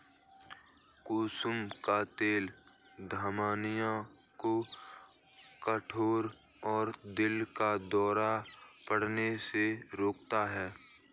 कुसुम का तेल धमनियों को कठोर और दिल का दौरा पड़ने से रोकता है